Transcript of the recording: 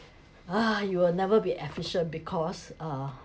ah you will never be efficient because uh